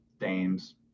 dames